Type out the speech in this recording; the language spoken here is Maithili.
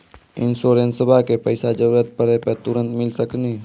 इंश्योरेंसबा के पैसा जरूरत पड़े पे तुरंत मिल सकनी?